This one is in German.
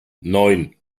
neun